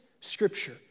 scripture